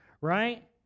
right